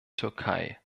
türkei